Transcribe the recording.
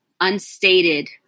unstated